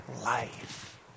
life